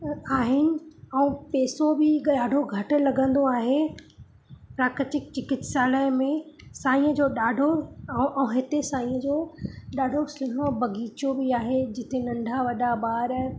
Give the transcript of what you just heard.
आहिनि ऐं पैसो बि ॾाढो घटि लॻंदो आहे प्राकृतिक चिकित्सालय में साईंअ जो ॾाढो ऐं हिते साईंअ जो ॾाढो सुहिणो बगीचो बि आहे जिते नंढा वॾा ॿार